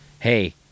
Hey